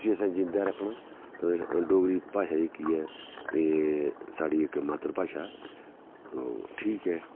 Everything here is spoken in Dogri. इसी असें जींदा रक्खना डोगरी भाशा जेह्की ऐ एह् साढ़ी इक मात्तर भाशा ऐ तो ठीक ऐ